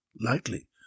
lightly